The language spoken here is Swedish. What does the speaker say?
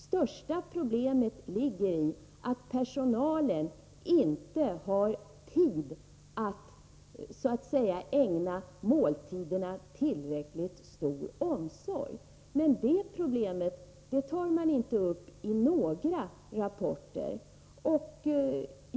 Största problemet ligger i att personalen inte har tid att ägna måltiderna tillräckligt stor omsorg. Men det problemet tar man inte upp i några rapporter.